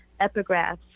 epigraphs